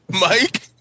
Mike